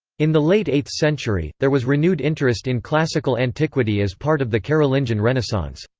in the late eighth century, there was renewed interest in classical antiquity as part of the carolingian renaissance.